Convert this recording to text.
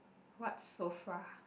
what sofa